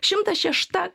šimtas šešta